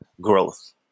growth